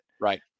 right